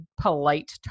polite